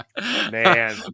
Man